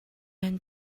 man